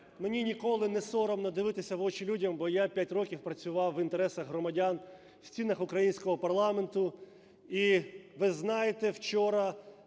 Мені ніколи не соромно дивитися в очі людям, бо я 5 років працював в інтересах громадян в стінах українського парламенту. І ви знаєте, вчора